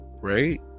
right